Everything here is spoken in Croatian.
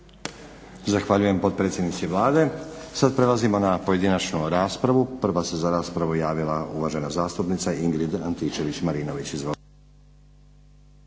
Zahvaljujem potpredsjednici Vlade. Sada prelazimo na pojedinačnu raspravu. Prva se za raspravu javila uvažena zastupnica Ingrid Antičević-Marinović.